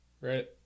Right